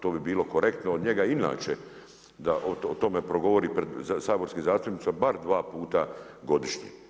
To bi bilo korektno od njega inače da o tome govori pred saborskim zastupnicima bar dva puta godišnje.